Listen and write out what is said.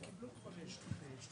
(הישיבה נפסקה בשעה 09:13 ונתחדשה בשעה